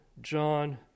John